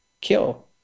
kill